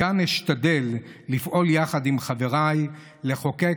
מכאן אשתדל לפעול יחד עם חבריי לחוקק